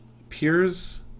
Appears